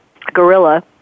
gorilla